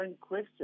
question